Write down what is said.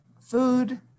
food